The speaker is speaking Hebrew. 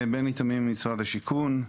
בני תמים ממשרד השיכון.